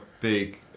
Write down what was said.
big